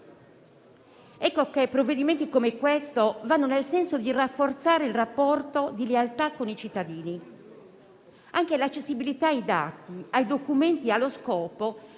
Provvedimenti come quello in esame vanno nel senso di rafforzare il rapporto di lealtà con i cittadini. Anche l'accessibilità ai dati e ai documenti ha lo scopo